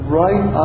right